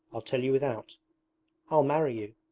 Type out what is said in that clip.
i'll tell you without i'll marry you,